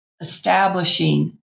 establishing